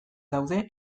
daude